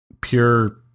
pure